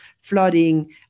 flooding